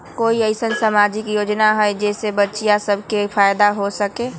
कोई अईसन सामाजिक योजना हई जे से बच्चियां सब के फायदा हो सके?